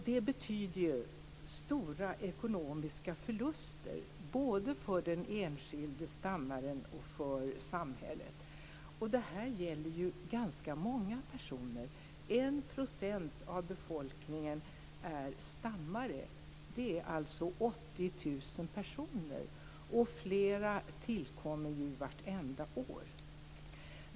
Detta betyder stora ekonomiska förluster både för den enskilde stammaren och för samhället. Det här gäller ganska många personer. 1 % av befolkningen är stammare. Det rör sig alltså om 80 000 personer, och fler tillkommer vartenda år.